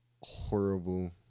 horrible